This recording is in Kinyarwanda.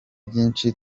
byinshi